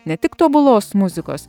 ne tik tobulos muzikos